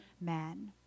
man